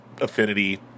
affinity